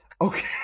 Okay